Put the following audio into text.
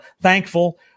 thankful